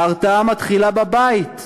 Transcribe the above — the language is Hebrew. ההרתעה מתחילה בבית.